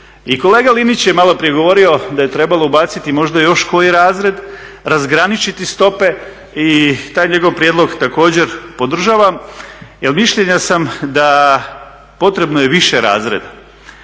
kolega Linić je malo prije govorio da je trebalo ubaciti možda još koji razred, razgraničiti stope i taj njegov prijedlog također podržavam jel mišljenja sam da je potrebno više razreda.